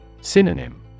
Synonym